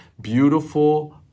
beautiful